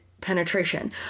penetration